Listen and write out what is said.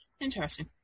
Interesting